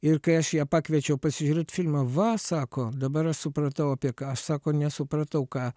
ir kai aš ją pakviečiau pasižiūrėti filmą va sako dabar aš supratau apie ką aš sako nesupratau ką